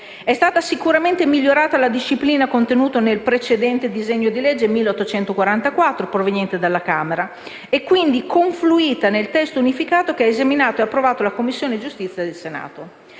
È stata sicuramente migliorata la disciplina contenuta nel precedente disegno di legge n. 1844, proveniente dalla Camera e quindi confluita nel testo unificato che ha esaminato e approvato la Commissione giustizia del Senato.